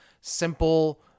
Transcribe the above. simple